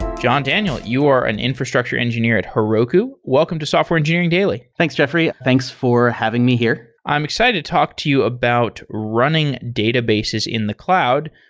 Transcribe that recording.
john daniel, you are an infrastructure engineer at heroku. welcome to software engineering daily thanks, jeffrey. thanks for having me here. i'm excited to talk to you about running databases in the cloud,